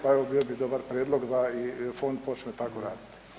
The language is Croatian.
Pa evo, bio bi dobar prijedlog da i Fond počne tako raditi.